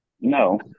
No